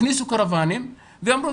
הכניסו קרוואנים ואמרו,